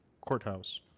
courthouse